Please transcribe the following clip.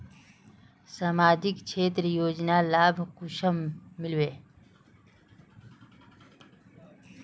सामाजिक क्षेत्र योजनार लाभ कुंसम मिलबे?